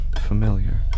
familiar